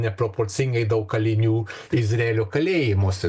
neproporcingai daug kalinių izraelio kalėjimuose